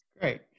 Great